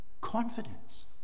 confidence